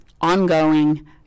ongoing